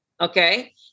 Okay